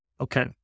Okay